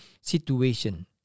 situation